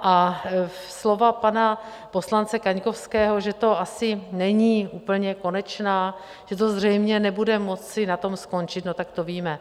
A slova pana poslance Kaňkovského, že to asi není úplně konečná, že to zřejmě nebude moci na tom skončit, no tak to víme.